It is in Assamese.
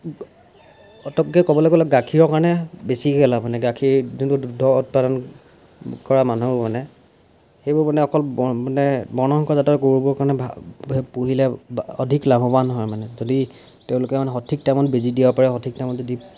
পটককৈ ক'বলৈ গ'লে গাখীৰৰ কাৰণে বেছিকৈ লাভ হয় মানে গাখীৰ যোনটো দুগ্ধ উৎপাদন কৰা মানুহ মানে সেইবোৰ মানে অকল মানে বৰ্ণসংকৰ জাতৰ গৰুবোৰৰ কাৰণে ভাল পোহিলে অধিক লাভৱান হয় মানে যদি তেওঁলোকে মানে সঠিক টাইমত বেজি দিয়াব পাৰে সঠিক টাইমত যদি